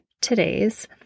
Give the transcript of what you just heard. today's